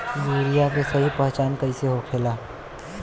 Urea के सही पहचान कईसे होखेला?